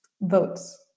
votes